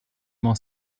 m’en